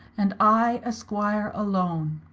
and i a squier alone.